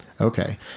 Okay